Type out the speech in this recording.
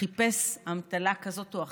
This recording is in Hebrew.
חיפש אמתלה כזאת או אחרת,